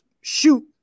shoot